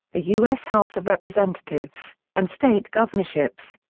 the u s. house of representatives, and state governorships.